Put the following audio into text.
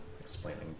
explaining